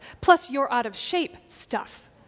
plus-you're-out-of-shape-stuff